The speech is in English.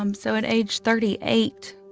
um so at age thirty eight,